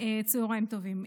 צוהריים טובים.